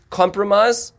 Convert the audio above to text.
compromise